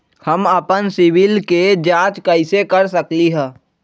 हम अपन सिबिल के जाँच कइसे कर सकली ह?